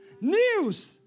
news